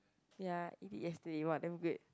ya eat it yesterday !wah! damn great